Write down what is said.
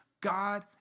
God